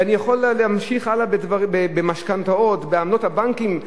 ואני יכול להמשיך הלאה: במשכנתאות, בעמלות הבנקים.